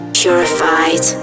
purified